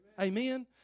Amen